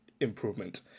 improvement